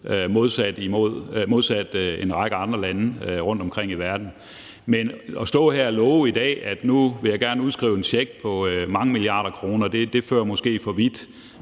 modsat i en række andre lande rundtomkring i verden. Men at stå her og love i dag, at nu vil jeg gerne udskrive en check på mange milliarder kroner, fører måske for vidt.